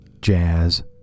Jazz